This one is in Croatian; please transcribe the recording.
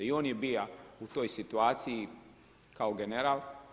I on je bija u toj situaciji kao general.